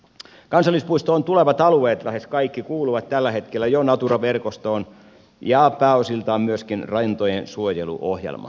kansallispuistoon tulevat alueet lähes kaikki kuuluvat tällä hetkellä jo natura verkostoon ja pääosiltaan myöskin rantojensuojeluohjelmaan